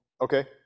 okay